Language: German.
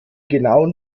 genauen